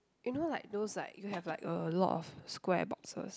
you know like those like you have like a lot of square boxes